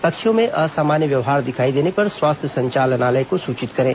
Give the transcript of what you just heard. पक्षियों में असामान्य व्यवहार दिखाई देने पर स्वास्थ्य संचालनालय को सुचित करें